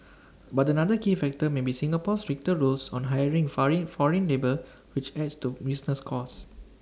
but another key factor may be Singapore's stricter rules on hiring foreign labour which adds to business costs